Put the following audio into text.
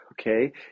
Okay